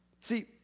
See